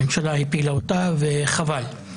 הממשלה הפילה אותה וחבל.